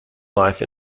life